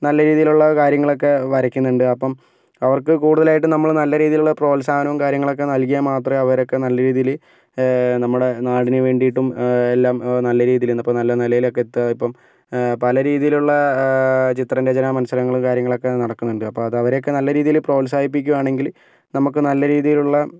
നല്ല രീതിയിലുള്ള കാര്യങ്ങൾ ഒക്കെ വരയ്ക്കുന്നുണ്ട് അപ്പം അവർക്കു കൂടുതലായിട്ടും നമ്മൾ നല്ല രീതിയിലുള്ള പ്രോത്സാഹനവും കാര്യങ്ങളും ഒക്കെ നൽകിയാൽ മാത്രമേ അവരൊക്കെ നല്ല രീതിയിൽ നമ്മുടെ നാടിനു വേണ്ടിയിട്ടും എല്ലാം നല്ല രീതിയിൽനിന്നു നല്ല നിലയിലേക്ക് എത്തുക ഇപ്പം പല രീതിയിലുമുള്ള ചിത്രരചന മത്സരങ്ങളും കാര്യങ്ങളുമൊക്കെ നടക്കുന്നുണ്ട് അപ്പോൾ അത് അവരെയൊക്കെ നല്ല രീതിയിൽ പ്രോത്സാഹി പ്പിക്കുകയാണെങ്കിൽ നമുക്ക് നല്ല രീതിയിലുള്ള